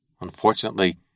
Unfortunately